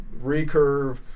recurve